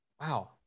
wow